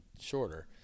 shorter